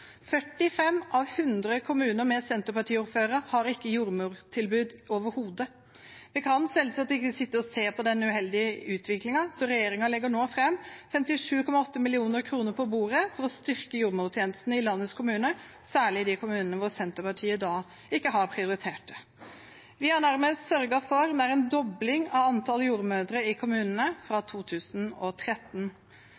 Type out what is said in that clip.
45 av 100 kommuner med Senterparti-ordfører har ikke jordmortilbud overhodet. Vi kan selvsagt ikke sitte og se på den uheldige utviklingen, så regjeringen legger nå 57,8 mill. kr på bordet for å styrke jordmortjenesten i landets kommuner, særlig i de kommunene hvor Senterpartiet ikke har prioritert det. Vi har dermed sørget for nær en dobling av antall jordmødre i kommunene fra